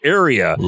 area